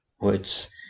woods